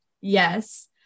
yes